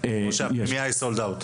או שזה סולד אאוט?